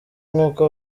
nk’uko